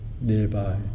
nearby